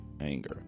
anger